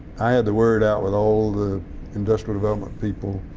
i had the word out with all the industrial development people,